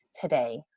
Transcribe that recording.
today